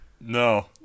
no